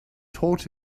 taught